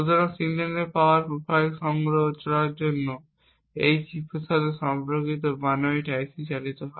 সুতরাং সিগন্যালের power profile সংগ্রহ করার জন্য এই চিপের সাথে সম্পর্কিত বানোয়াট আইসি চালিত হয়